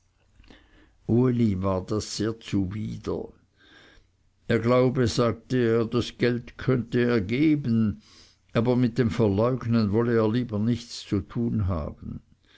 war das sehr zuwider er glaube sagte er das geld könne er geben aber mit dem verleugnen wollte er lieber nichts zu tun haben